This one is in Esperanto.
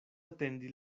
atendi